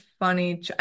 Funny